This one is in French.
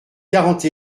quarante